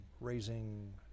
raising